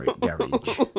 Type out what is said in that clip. garage